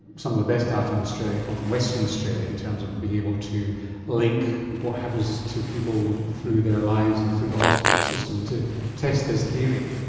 some of the best ah data in australia comes from western australia in terms of being able to link what happens to people through their lives and through the hospital system to test this theory.